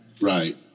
Right